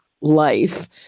life